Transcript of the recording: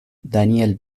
daniel